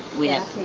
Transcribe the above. we have